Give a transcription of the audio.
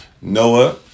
Noah